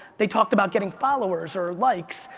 they talked about getting followers or likes,